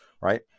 right